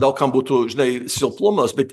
gal kam būtų žinai silpnumas bet